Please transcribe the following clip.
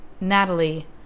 Natalie